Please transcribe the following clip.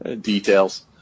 details